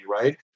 right